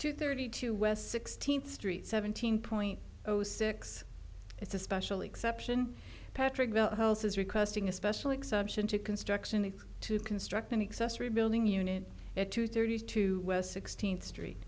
to thirty two west sixteenth street seventeen point zero six it's a special exception patrick wells is requesting a special exception to construction and to construct an excess rebuilding unit at two thirty two west sixteenth street